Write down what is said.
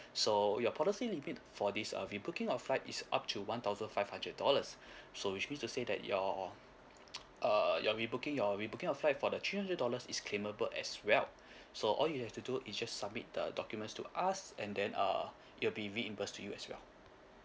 so your policy limit for this uh rebooking of flight is up to one thousand five hundred dollars so which mean to say that your err your rebooking your rebooking of flight for the three hundred dollars is claimable as well so all you have to do you just submit the documents to us and then err it'll be reimbursed to you as well